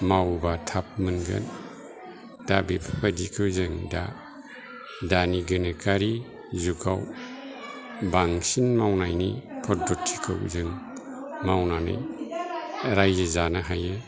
मावोबा थाब मोनगोन दा बेफोरबादिखौ जोङो दा दानि गोनोखोआरि जुगाव बांसिन मावनायनि पद्धतिखौ जों मावनानै राज्यो जानो हायो